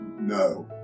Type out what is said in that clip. no